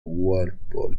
walpole